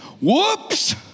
Whoops